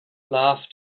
love